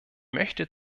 möchte